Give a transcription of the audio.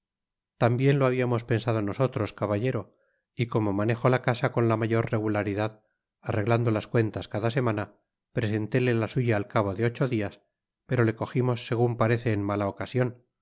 tambien lo habiamos pensado nosotros caballero y como manejo la casa con la mayor regularidad arreglando las cuentas cada semana presentóle la suya al cabo de ocho dias pero le cogimos segun parece en mala ocasion